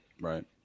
Right